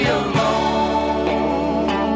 alone